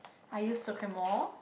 I use